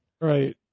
Right